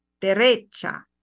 derecha